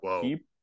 keep